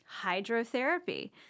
hydrotherapy